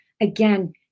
again